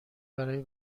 برای